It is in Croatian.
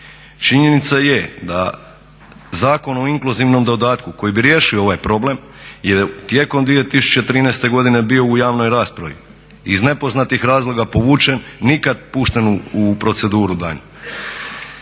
Činjenica je da Zakon o inkluzivnom dodatku koji bi riješio ovaj problem je tijekom 2013.godine bio u javnoj raspravi. Iz nepoznatih razloga povučen, nikad pušten u proceduru daljnju.